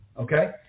okay